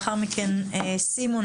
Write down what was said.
לאחר מכן סימון,